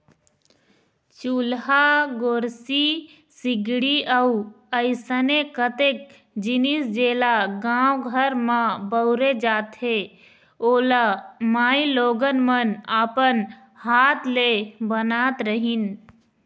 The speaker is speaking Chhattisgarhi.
चूल्हा, गोरसी, सिगड़ी अउ अइसने कतेक जिनिस जेला गाँव घर म बउरे जाथे ओ ल माईलोगन मन अपन हात ले बनात रहिन